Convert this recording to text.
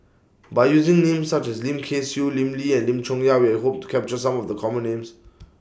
By using Names such as Lim Kay Siu Lim Lee and Lim Chong Yah we're Hope to capture Some of The Common Names